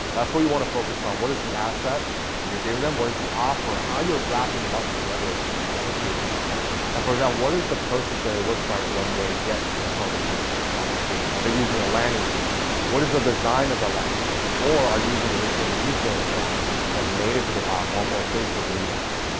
that's what you want to focus on, what is the asset that you're giving them, what is the offer, how you're wrapping it up together to demonstrate that with them and for example, what is the process that it looks like when they get and start that communication process with you, are they using a landing page? what is the design of the landing page, or are you using linkedin lead gen forms that's native to the platform or facebook lead ads?